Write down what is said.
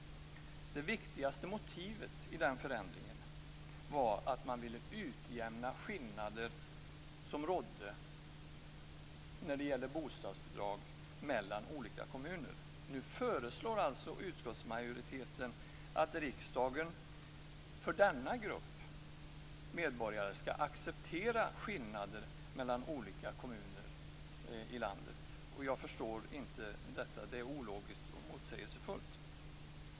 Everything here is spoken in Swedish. Det viktigaste motivet till denna förändring var att man ville utjämna skillnader som rådde när det gällde bostadsbidrag mellan olika kommuner. Nu föreslår alltså utskottsmajoriteten att riksdagen för denna grupp medborgare skall acceptera skillnader mellan olika kommuner i landet. Jag förstår inte detta. Det är ologiskt och motsägelsefullt.